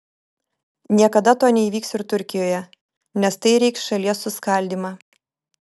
niekada to neįvyks ir turkijoje nes tai reikš šalies suskaldymą